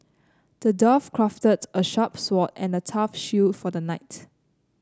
the dwarf crafted a sharp sword and a tough shield for the knight